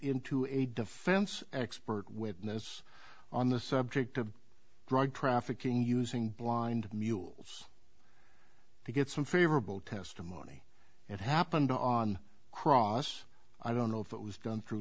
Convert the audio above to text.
into a defense expert witness on the subject of drug trafficking using blind mules to get some favorable testimony it happened on cross i don't know if it was done through